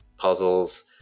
puzzles